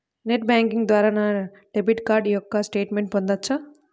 Net banking ద్వారా నా debit card యొక్క స్టేట్మెంట్ పొందవచ్చా?